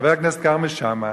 חבר הכנסת כרמל שאמה,